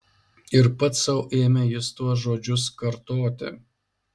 ir pats sau ėmė jis tuos žodžius kartoti